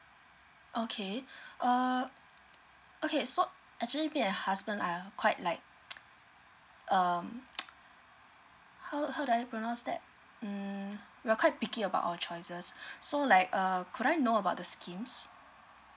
okay err okay so actually me and husband are quite like um how how do I pronounce that hmm we're quite picky about our choices so like uh could I know about the schemes